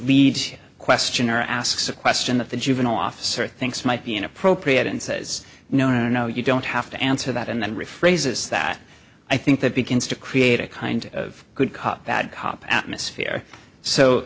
lead question or asks a question that the juvenile officer thinks might be inappropriate and says no no you don't have to answer that and then rephrases that i think that begins to create a kind of good cop bad cop atmosphere so